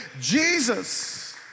Jesus